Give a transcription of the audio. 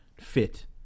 fit